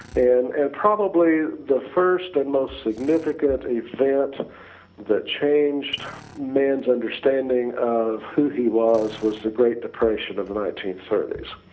and and probably the first and most significant event that changed man's understanding of who he was, was the great depression of the nineteen thirty s.